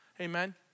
Amen